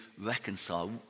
reconcile